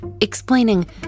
explaining